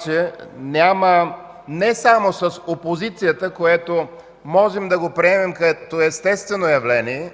съжаление, не само с опозицията, което можем да приемем като естествено явление,